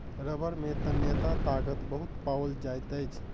रबड़ में तन्यता ताकत बहुत पाओल जाइत अछि